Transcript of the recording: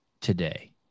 today